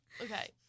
okay